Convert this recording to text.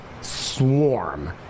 swarm